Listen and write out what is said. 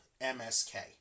MSK